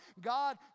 God